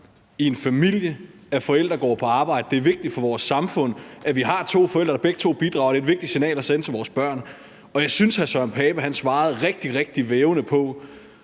i en familie, at forældre går på arbejde. Det er vigtigt for vores samfund, at vi har to forældre, der begge to bidrager. Det er et vigtigt signal at sende til vores børn. Jeg synes, at hr. Søren Pape Poulsen svarede rigtig, rigtig vævende på,